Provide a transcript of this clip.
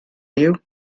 you